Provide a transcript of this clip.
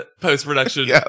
Post-production